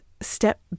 step